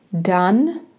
Done